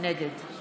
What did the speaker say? נגד